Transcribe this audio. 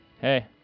hey